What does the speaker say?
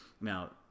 now